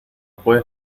puedes